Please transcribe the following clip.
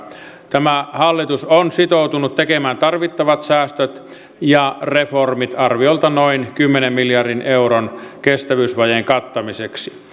tämä hallitus on sitoutunut tekemään tarvittavat säästöt ja reformit arviolta noin kymmenen miljardin euron kestävyysvajeen kattamiseksi